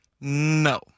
No